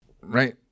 Right